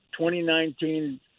2019